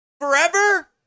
forever